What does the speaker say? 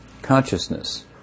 consciousness